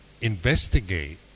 investigate